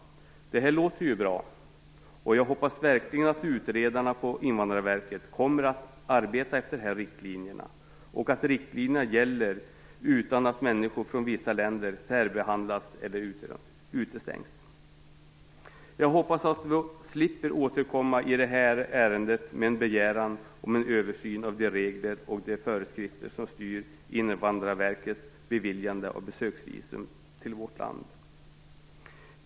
Det här låter ju bra, och jag hoppas verkligen att utredarna på Invandrarverket kommer att arbeta efter dessa riktlinjer och att riktlinjerna gäller utan att människor från vissa länder inte särbehandlas och utestängs. Jag hoppas att vi slipper återkomma i det här ärendet med en begäran om en översyn av de regler och de föreskrifter som styr Invandrarverkets beviljande av visum för besök i vårt land.